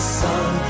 sun